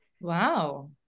Wow